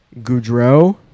Goudreau